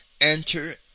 enter